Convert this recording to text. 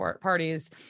parties